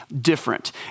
different